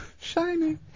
Shiny